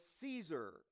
Caesar